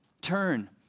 turn